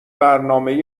برنامه